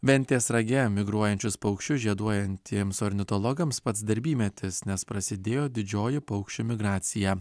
ventės rage migruojančius paukščius žieduojantiems ornitologams pats darbymetis nes prasidėjo didžioji paukščių migracija